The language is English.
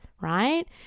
Right